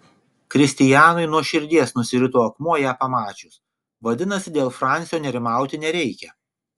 kristijanui nuo širdies nusirito akmuo ją pamačius vadinasi dėl fransio nerimauti nereikia